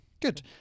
Good